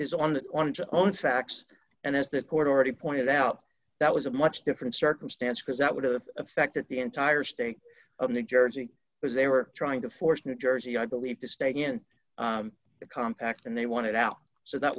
on on its own facts and as that court already pointed out that was a much different circumstance because that would have affected the entire state of new jersey because they were trying to force new jersey i believe to stay in a compact and they wanted out so that